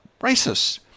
racist